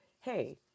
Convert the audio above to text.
hey